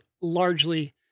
largely